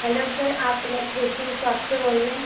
hello sir آپ electrician shop سے بول رہے ہیں